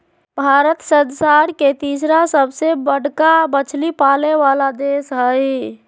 भारत संसार के तिसरा सबसे बडका मछली पाले वाला देश हइ